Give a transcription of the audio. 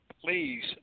please